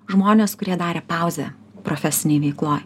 žmonės kurie darė pauzę profesinėj veikloj